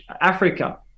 Africa